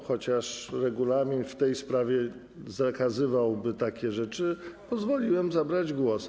Chociaż regulamin w tej sprawie zakazywałby takich rzeczy, pozwoliłem zabrać głos.